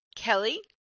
Kelly